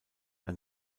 ein